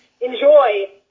enjoy